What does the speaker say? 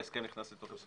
ההסכם נכנס לתוקף.